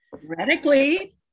Theoretically